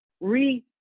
re